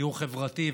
דיור חברתי,